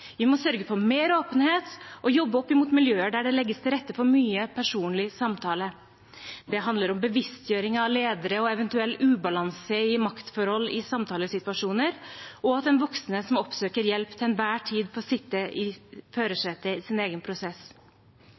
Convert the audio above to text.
Vi må sørge for mer åpenhet og jobbe opp imot miljøer der det legges til rette for mye personlig samtale. Det handler om bevisstgjøring av ledere og eventuell ubalanse i maktforhold i samtalesituasjoner, og at den voksne som oppsøker hjelp, til enhver tid får sitte i førersetet i sin egen prosess.